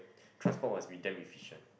transport must be damn efficient